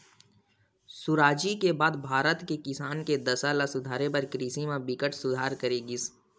सुराजी के बाद भारत के किसान के दसा ल सुधारे बर कृषि म बिकट सुधार करे गिस